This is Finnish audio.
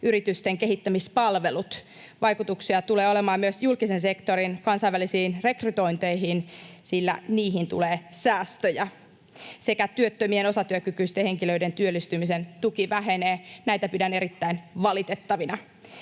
yritysten kehittämispalvelut. Vaikutuksia tulee olemaan myös julkisen sektorin kansainvälisiin rekrytointeihin, sillä niihin tulee säästöjä, samoin työttömien osatyökykyisten henkilöiden työllistymisen tuki vähenee. Näitä pidän erittäin valitettavina.